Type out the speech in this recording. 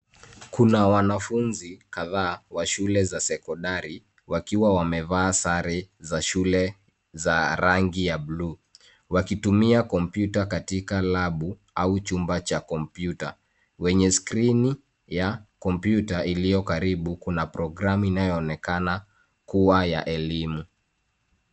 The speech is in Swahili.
Kuna wanafunzi kadhaa kwa shule za sekondari wakiwa wamevaa sare za shule za rangi ya bluu wakitumia komputa katika labu au chumba cha komputa. Kwenye skrini ya komputa iliyokaribu kuna programu inayoonekana kuwa ya elimu.